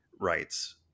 rights